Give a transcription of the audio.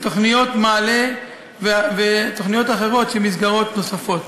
ותוכניות "מעלה" ותוכניות אחרות של מסגרות נוספות.